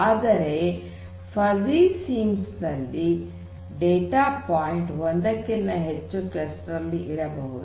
ಆದರೆ fuzzy C means ನಲ್ಲಿ data point ಒಂದಕ್ಕಿಂತ ಹೆಚ್ಚು ಕ್ಲಸ್ಟರ್ ಗಳಲ್ಲಿ ಇರಬಹುದು